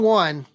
one